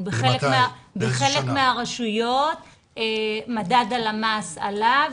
בחלק מהרשויות מדד הלמ"ס עלה,